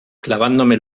clavándome